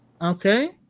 Okay